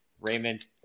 Raymond